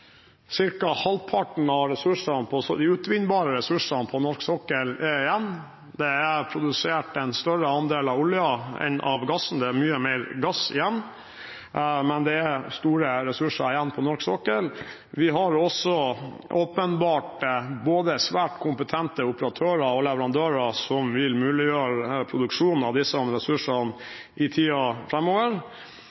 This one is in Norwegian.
ca. halvparten av de utvinnbare ressursene på norsk sokkel er igjen. Det er produsert en større andel av oljen enn av gassen. Det er mye mer gass igjen. Det er store ressurser igjen på norsk sokkel. Vi har også åpenbart svært kompetente både operatører og leverandører som vil muliggjøre produksjon av disse ressursene i